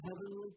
heavenly